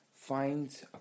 find